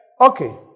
Okay